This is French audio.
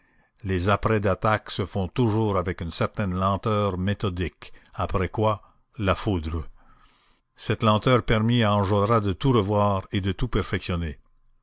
les apprêts d'attaque se font toujours avec une certaine lenteur méthodique après quoi la foudre cette lenteur permit à enjolras de tout revoir et de tout perfectionner